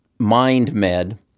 MindMed